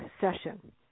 session